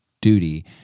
duty